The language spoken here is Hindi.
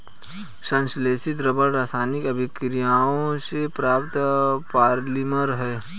संश्लेषित रबर रासायनिक अभिक्रियाओं से प्राप्त पॉलिमर है